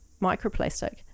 microplastic